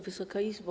Wysoka Izbo!